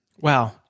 Wow